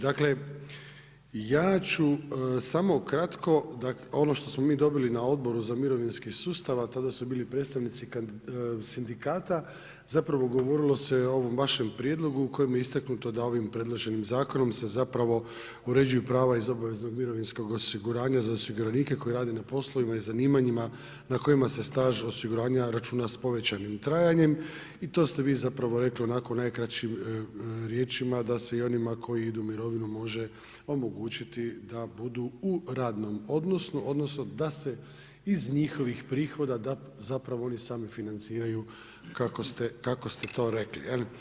Dakle ja ću samo kratko ono što smo mi dobili na Odboru za mirovinski sustav, a tada su bili predstavnici sindikata zapravo govorilo se o ovom vašem prijedlogu u kojem je istaknuto da ovim predloženim zakonom se uređuju prava iz obveza mirovinskog osiguranja za osiguranike koji rade na poslovima i zanimanjima na kojima se staž osiguranja računa s povećanim trajanjem i to ste vi rekli onako u najkraćim riječima da se i onima koji idu u mirovinu može omogućiti da budu u radnom odnosu odnosno da se iz njihovih prihoda oni sami financiraju kako ste to rekli.